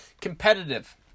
competitive